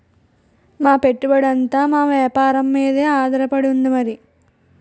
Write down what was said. మా పెట్టుబడంతా మా వేపారం మీదే ఆధారపడి ఉంది మరి